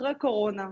אחרי הקורונה.